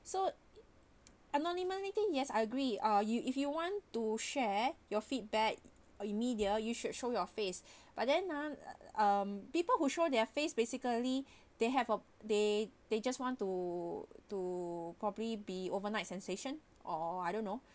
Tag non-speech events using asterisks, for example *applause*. so anonymity yes I agree uh you if you want to share your feedback in media you should show your face *breath* but then um people who show their face basically *breath* they have uh they they just want to to probably be overnight sensation or I don't know *breath*